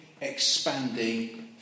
expanding